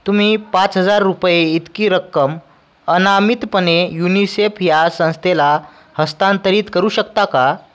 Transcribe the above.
तुम्ही पाच हजार रुपये इतकी रक्कम अनामितपणे युनिसेफ ह्या संस्थेला हस्तांतरित करू शकता का